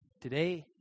today